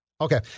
Okay